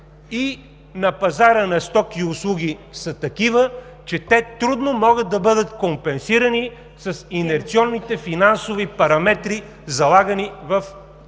и на пазара на стоки и услуги са такива, че те трудно могат да бъдат компенсирани с инерционните финансови параметри, залагани в бюджета